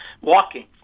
walking